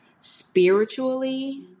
spiritually